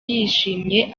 yishimye